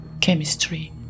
chemistry